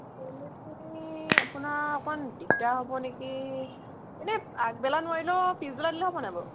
আপোনাৰ অকণ দিগদাৰ হ'ব নেকি এনেই আগবেলা নোৱাৰিলেও পিছবেলা দিলে হ'ব নাই বাৰু